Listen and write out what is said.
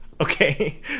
Okay